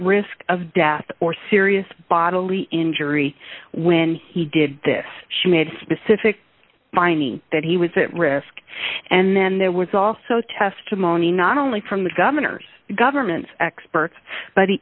risk of death or serious bodily injury when he did this she made specific finding that he was a risk and then there was also testimony not only from the governor's government experts but